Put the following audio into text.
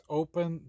open